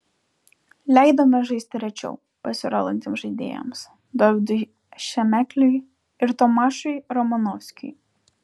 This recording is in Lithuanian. leidome žaisti rečiau pasirodantiems žaidėjams dovydui šemekliui ir tomašui romanovskiui